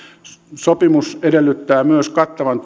sopimus edellyttää myös kattavan